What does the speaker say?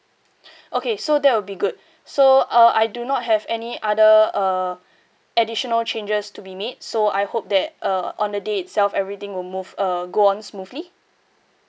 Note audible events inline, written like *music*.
*breath* okay so that will be good so uh I do not have any other uh additional changes to be made so I hope that uh on the day itself everything will move uh go on smoothly